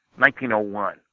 1901